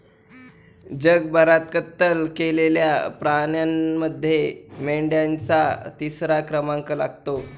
जगभरात कत्तल केलेल्या प्राण्यांमध्ये मेंढ्यांचा तिसरा क्रमांक लागतो